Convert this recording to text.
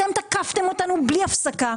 אתם תקפתם אותנו בלי הפסקה,